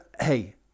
hey